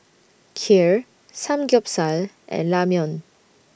Kheer Samgyeopsal and Ramyeon